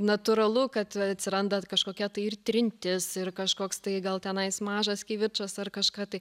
natūralu kad atsiranda kažkokia tai ir trintis ir kažkoks tai gal tenais mažas kivirčas ar kažką tai